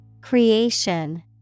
Creation